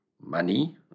Money